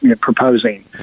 proposing